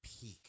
peak